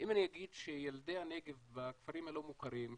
אני אגיד שילדי הנגב בכפרים הלא מוכרים,